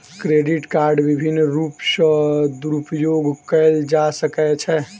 credit कार्डक विभिन्न रूप सॅ दुरूपयोग कयल जा सकै छै